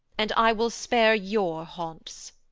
and i will spare your haunts.